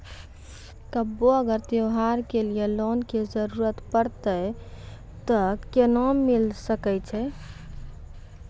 कभो अगर त्योहार के लिए लोन के जरूरत परतै तऽ केना मिल सकै छै?